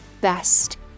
best